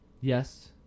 yes